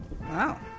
wow